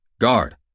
Guard